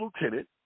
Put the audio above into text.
lieutenant